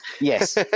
yes